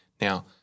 Now